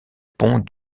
pont